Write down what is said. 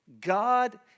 God